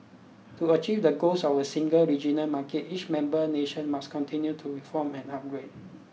to achieve the goals of a single regional market each member nation must continue to reform and upgrade